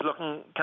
looking